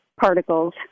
particles